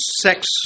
Sex